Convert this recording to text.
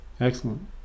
excellent